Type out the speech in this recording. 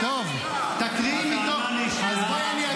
הטענה נשמעה,